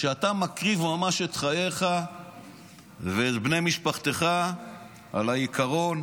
שאתה ממש מקריב את חייך ואת בני משפחתך על עקרון